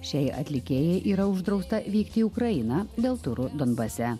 šiai atlikėjai yra uždrausta vykti į ukrainą dėl turų donbase